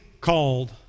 called